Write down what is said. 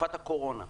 לתקופת הקורונה.